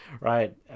right